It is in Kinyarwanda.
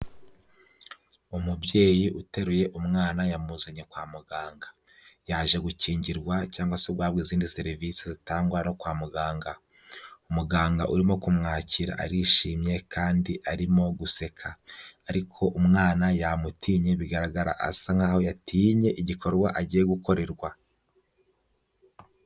Umubyeyi uteruye umwana, yamuzanye kwa muganga, yaje gukingirwa cyangwa se guhabwa izindi serivise zitangwa no kwa muganga, umuganga urimo kumwakira arishimye kandi arimo guseka ariko umwana yamutinye bigaragara, asa nkaho yatinye igikorwa agiye gukorerwa.